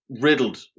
riddled